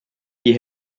die